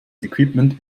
equipment